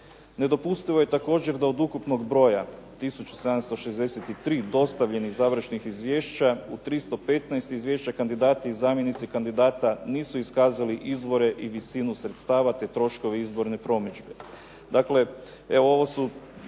Nedopustivo je također da od ukupnog broja 1763 dostavljenih završnih izvješća u 315 izvješća kandidati i zamjenici kandidata nisu iskazali izvore i visinu sredstava te troškove izborne promidžbe.